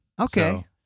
Okay